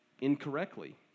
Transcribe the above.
Incorrectly